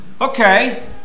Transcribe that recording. Okay